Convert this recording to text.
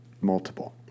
multiple